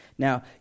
Now